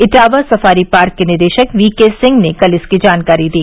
Etawah safari park के निदेशक VK Singh ने कल इसकी जानकारी दी